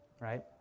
right